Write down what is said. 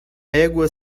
égua